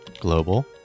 Global